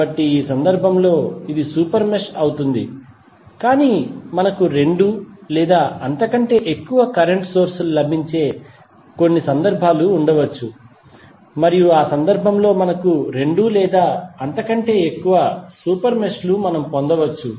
కాబట్టి ఈ సందర్భంలో ఇది సూపర్ మెష్ అవుతుంది కాని మనకు రెండు లేదా అంతకంటే ఎక్కువ కరెంట్ సోర్స్ లు లభించే కొన్ని సందర్భాలు ఉండవచ్చు మరియు ఆ సందర్భంలో మనకు రెండు లేదా అంతకంటే ఎక్కువ సూపర్ మెష్ లు పొందవచ్చు